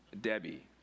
Debbie